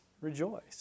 rejoice